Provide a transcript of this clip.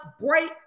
break